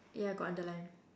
ya got underline